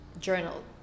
journal